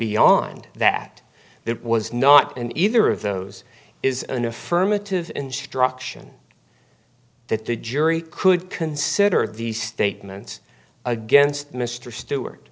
beyond that it was not in either of those is an affirmative instruction that the jury could consider these statements against mr stewart